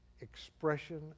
expression